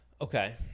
Okay